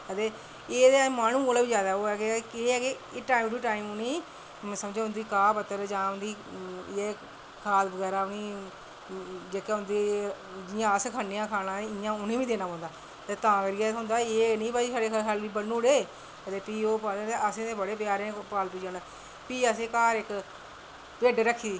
एह् ते महानू कोला दा बी जादा ऐ कि टाईम टू टाईम उनेंगी समझो उंदा घा पत्तर जां खल बगैरा उनेंगी जियां अस खन्ने आं खाना इयां उनेंगी बी देना पौंदा तां करियै होंदा एह् नी कि बन्नी ओड़े ते फ्ही ओह् असें ते बड़े प्यारे न पालतू जानवर फ्ही घर असैं इक भिड्ड रक्खी दी